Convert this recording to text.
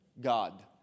God